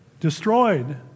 Destroyed